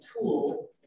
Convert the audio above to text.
tool